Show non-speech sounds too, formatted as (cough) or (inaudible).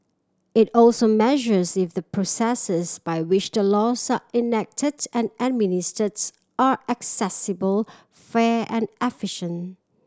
it also measures if the processes by which the laws are enacted and administers are accessible fair and (unintelligible)